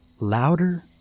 louder